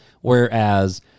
whereas